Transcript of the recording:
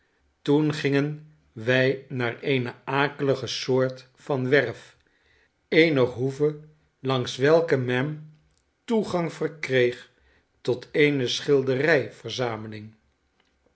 toen gingen wij naar eene akelige soort van werf eener hoeve langs welke men toegang verkreeg tot eene schilderij verzameling